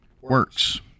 works